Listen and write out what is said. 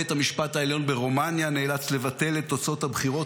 בית המשפט העליון ברומניה נאלץ לבטל את תוצאות הבחירות,